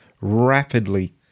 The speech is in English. rapidly